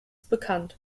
bekannt